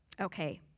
Okay